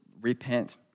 repent